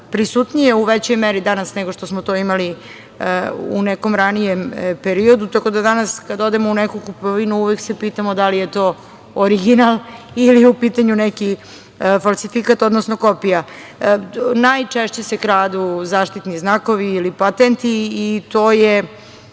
prisutnije u većoj meri danas nego što smo to imali u nekom ranijem periodu. Tako da danas kada odemo u neku kupovinu uvek se pitamo da li je to original ili je u pitanju neki falsifikat, odnosno kopija. Najčešće se kradu zaštitni znakovi ili patenti i to je